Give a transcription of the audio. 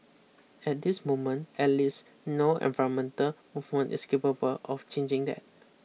at this moment at least no environmental movement is capable of changing that